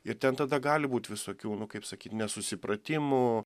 ir ten tada gali būt visokių nu kaip sakyt nesusipratimų